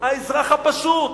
האזרח הפשוט.